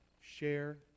share